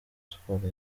sport